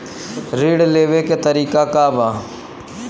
ऋण लेवे के तरीका का बा?